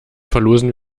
verlosen